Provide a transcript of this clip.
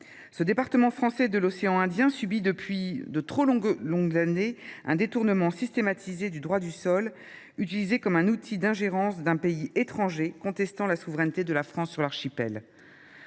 Ce département français de l’océan Indien subit, depuis de trop longues années, un détournement systématisé du droit du sol, utilisé comme un outil d’ingérence par un pays étranger contestant la souveraineté de la France sur l’archipel.